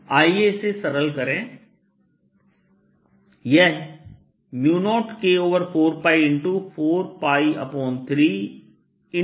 आइए इसे सरल करें यह 0K4π4π3 R3r2sinθ मैं कॉमन ले सकता हूं